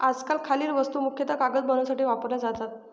आजकाल खालील वस्तू मुख्यतः कागद बनवण्यासाठी वापरल्या जातात